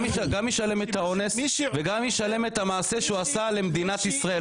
גם ישלם את העונש וגם ישלם את המעשה שהוא עשה למדינת ישראל.